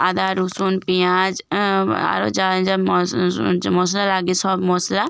আদা রসুন পেঁয়াজ আরও যা যা মশলা লাগে সব মশলা